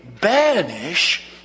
banish